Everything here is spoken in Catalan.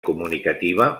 comunicativa